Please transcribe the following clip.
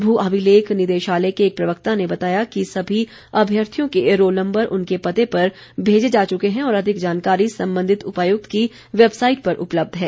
भू अभिलेख निदेशालय के एक प्रवक्ता ने बताया कि सभी अभ्यर्थियों के रोल नम्बर उनके पते पर भेजे जा चुके हैं और अधिक जानकारी संबंधित उपायुक्त की वैबसाईट पर भी उपलब्ध है